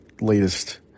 latest